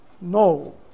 No